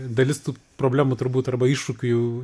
dalis tų problemų turbūt arba iššūkių jau